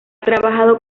trabajado